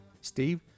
Steve